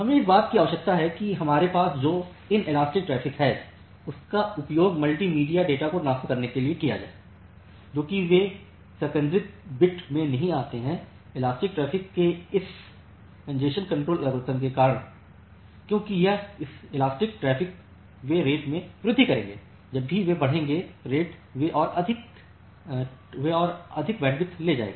हमें इस बात की आवश्यकता है कि हमारे पास जो इन इलास्टिक ट्रैफ़िक है उसका उपयोग मल्टीमीडिया डेटा को ट्रांसफर करने के लिए किया जाता है जो कि वे संकेंद्रित बिट में नहीं आते हैंइलास्टिक ट्रैफ़िक के इस कॅन्जेशन कंट्रोल एल्गोरिथम के कारण क्योंकि यह इलास्टिक ट्रैफ़िक वे रेट में वृद्धि करेंगे जब भी वे बढ़ेंगे रेट वे और अधिक बैंडविड्थ ले जाएगा